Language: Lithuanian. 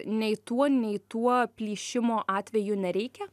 nei tuo nei tuo plyšimo atveju nereikia